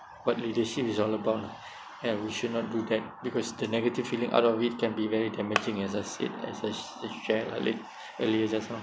what leadership is all about lah ya we should not do that because the negative feeling out of it can be very damaging as I said as I share earli~ earlier just now